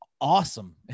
awesome